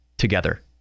together